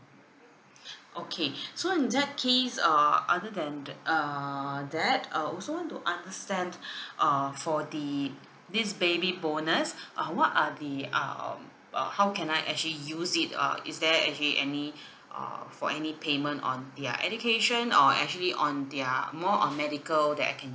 okay so in that case uh other than that err that I also want to understand uh for the this baby bonus uh what are the um uh how can I actually use it uh is there actually any uh for any payment on their education or actually on their more on medical that I can